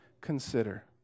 consider